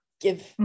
give